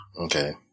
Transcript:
Okay